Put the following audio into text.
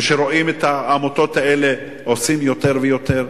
וכשרואים את העמותות האלה עושות יותר ויותר.